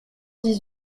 dix